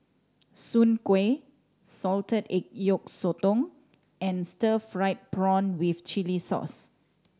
soon kway salted egg yolk sotong and stir fried prawn with chili sauce